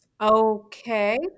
Okay